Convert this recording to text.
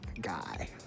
guy